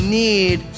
need